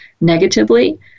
negatively